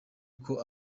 uko